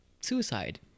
suicide